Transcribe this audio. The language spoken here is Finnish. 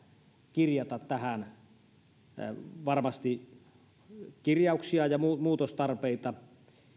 kirjata tähän kirjauksia ja muutostarpeita